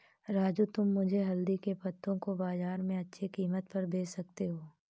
राजू तुम मुझे हल्दी के पत्तों को बाजार में अच्छे कीमत पर बेच सकते हो